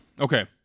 Okay